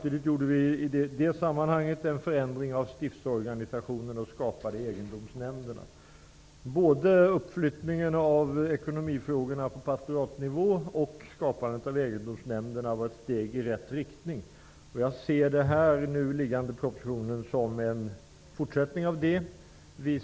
I det sammanhaget genomfördes en förändring av stiftsorganisationen, samtidigt som egendomsnämnderna inrättades. Både uppflyttningen av ekonomifrågorna till pastoratsnivå och tillskapandet av egendomsnämnderna var ett steg i rätt riktning. Jag ser den här propositionen som en fortsättning på den vägen.